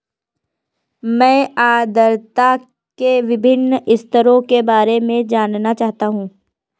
मैं आर्द्रता के विभिन्न स्तरों के बारे में जानना चाहता हूं